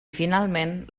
finalment